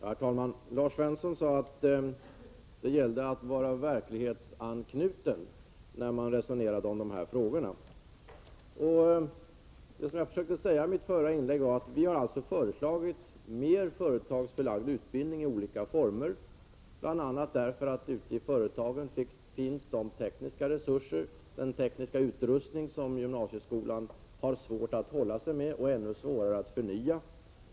Herr talman! Lars Svensson sade att det gällde att vara verklighetsanknuten när man resonerar om dessa frågor. Vad jag försökte säga i mitt förra inlägg var att vi har föreslagit mer företagsförlagd utbildning i olika former, bl.a. därför att ute i företagen finns de tekniska resurser och den tekniska utrustning som gymnasieskolan har svårt att hålla sig med och ännu svårare att förnya.